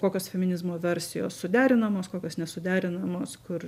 kokios feminizmo versijos suderinamos kokios nesuderinamos kur